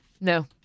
No